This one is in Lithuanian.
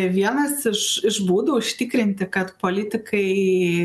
vienas iš iš būdų užtikrinti kad politikai